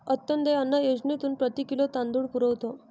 अंत्योदय अन्न योजनेतून प्रति किलो तांदूळ पुरवतो